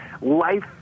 life